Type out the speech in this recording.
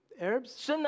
Arabs